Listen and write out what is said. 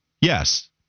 Yes